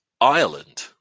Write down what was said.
Ireland